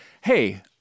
hey